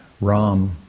Ram